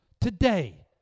Today